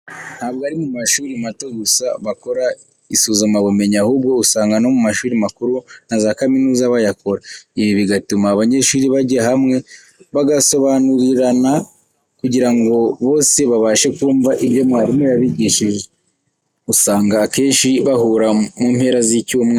Ntabwo ari mu mashuri mato gusa bakora isuzumabumenyi, ahubwo usanga no mu mashuri makuru na za kaminuza bayakora, ibi bigatuma abanyeshuri bajya hamwe bagasobanurirana, kugira ngo bose babashe kumva ibyo mwarimu yabigishije. Usanga akenshi bahura mu mpera z'icyumweru.